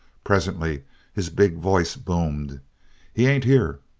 presently his big voice boomed he ain't here.